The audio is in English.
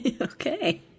Okay